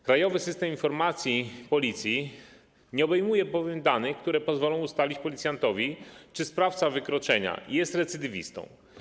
Krajowy System Informacji Policji nie obejmuje bowiem danych, które pozwolą ustalić policjantowi, czy sprawca wykroczenia jest recydywistą.